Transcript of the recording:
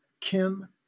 Kim